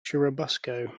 churubusco